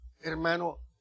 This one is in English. hermano